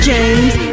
James